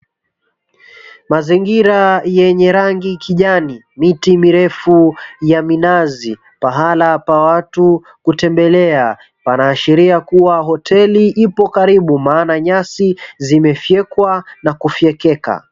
Mazingira yenye rangi kijani miti mirefu ya minazi, pahala pa watu kutembelea ,panashiria kuwa hoteli ipo karibu maana nyasi zimefekwa na kufiekeka.